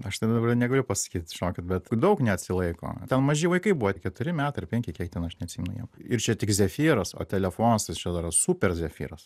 aš tai dabar negaliu pasakyt žinokit bet daug neatsilaiko ten maži vaikai buvo tik keturi metai ar penki kiek ten aš neatsimenu jiem ir čia tik zefyras o telefonas tai čia dar superzefyras